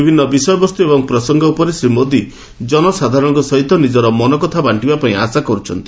ବିଭିନ୍ ବିଷୟବସ୍ତୁ ଏବଂ ପ୍ରସଙ୍ଙ ଉପରେ ଶ୍ରୀ ମୋଦି ଜନସାଧାରଣଙ୍କ ସହିତ ନିଜର ମନକଥା ବାକ୍କିବାପାଇଁ ଆଶା କରୁଛନ୍ତି